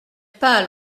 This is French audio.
pas